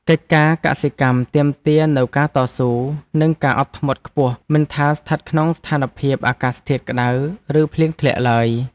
កិច្ចការកសិកម្មទាមទារនូវការតស៊ូ និងការអត់ធ្មត់ខ្ពស់មិនថាស្ថិតក្នុងស្ថានភាពអាកាសធាតុក្តៅ ឬភ្លៀងធ្លាក់ឡើយ។